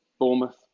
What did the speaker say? Bournemouth